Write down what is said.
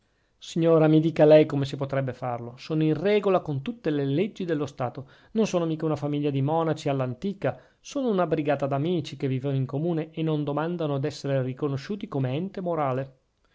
signora mi dica lei come si potrebbe farlo sono in regola con tutte le leggi dello stato non sono mica una famiglia di monaci all'antica sono una brigata d'amici che vivono in comune e non domandano d'essere riconosciuti come ente morale